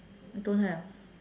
don't have